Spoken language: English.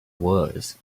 wars